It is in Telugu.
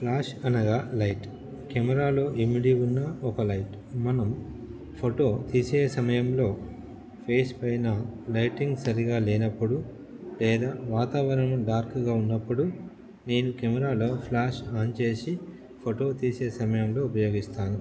ఫ్లాష్ అనగా లైట్ కెమెరాలో ఇమిడి ఉన్న ఒక లైట్ మనం ఫోటో తీసే సమయంలో ఫేస్ పైన లైటింగ్ సరిగా లేనప్పుడు లేదా వాతావరణం డార్క్గా ఉన్నప్పుడు నేను కెమెరాలో ఫ్లాష్ ఆన్ చేసి ఫోటో తీసే సమయంలో ఉపయోగిస్తాను